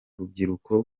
rubyiruko